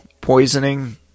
poisoning